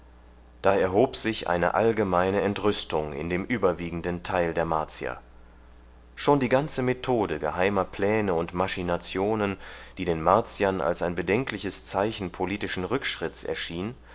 da erhob sich eine allgemeine entrüstung in dem überwiegenden teil der martier schon die ganze methode geheimer pläne und machinationen die den martiern als ein bedenkliches zeichen politischen rückschritts erschien